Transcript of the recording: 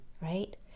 right